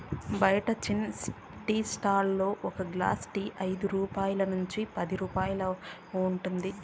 బయట చిన్న tea stall లలో ఒక గ్లాస్ టీ ఐదు రూపాయల నుంచి పదైదు రూపాయలు ఉంటుంది